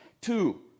Two